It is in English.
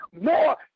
more